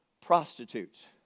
prostitutes